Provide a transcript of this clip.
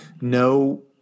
no